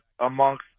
amongst